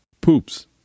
poops